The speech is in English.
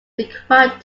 required